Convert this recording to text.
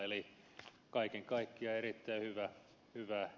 eli kaiken kaikkiaan erittäin hyvää hyvää